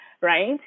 right